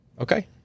Okay